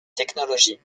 technologies